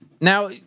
Now